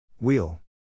Wheel